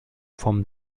vom